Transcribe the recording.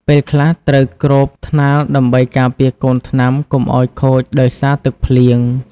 ពេលខ្លះត្រូវគ្របថ្នាលដើម្បីការពារកូនថ្នាំកុំឱ្យខូចដោយសារទឹកភ្លៀង។